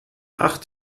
acht